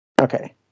okay